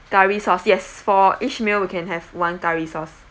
curry sauce yes for each meal you can have one curry sauce